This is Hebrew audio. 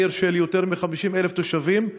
עיר של יותר מ-50,000 תושבים,